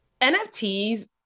NFTs